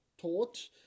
taught